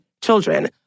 children